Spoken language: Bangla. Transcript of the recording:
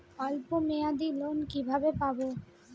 অল্প মেয়াদি লোন কিভাবে পাব?